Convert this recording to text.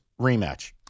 rematch